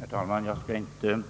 Herr talman!